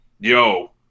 yo